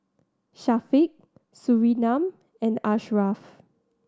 Syafiq Surinam and Ashraff